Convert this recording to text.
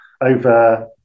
over